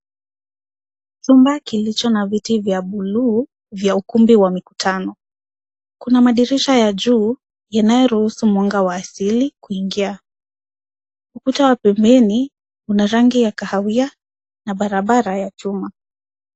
Chumba kilicho na viti vya bluu vya ukumbi wa mikutano. Kuna madirisha ya juu, yanayoruhusu mwanga wa asili kuingia. Ukuta wa pembeni una rangi ya kahawia na barabara ya chumba.